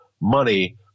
money